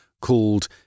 called